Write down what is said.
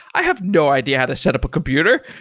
i have no idea how to set up a computer.